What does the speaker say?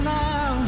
now